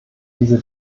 diese